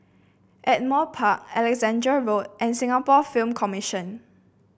Ardmore Park Alexandra Road and Singapore Film Commission